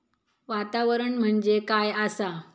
वातावरण म्हणजे काय आसा?